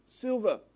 silver